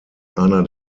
einer